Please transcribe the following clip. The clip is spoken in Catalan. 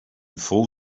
fou